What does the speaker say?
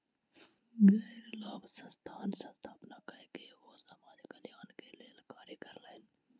गैर लाभ संस्थानक स्थापना कय के ओ समाज कल्याण के लेल कार्य कयलैन